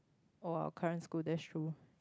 oh our current school that's true